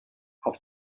auf